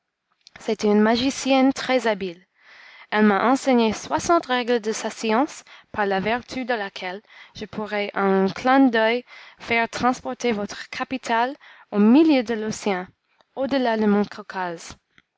c'était une magicienne très-habile elle m'a enseigné soixante règles de sa science par la vertu de laquelle je pourrais en un clin d'oeil faire transporter votre capitale au milieu de l'océan au-delà du mont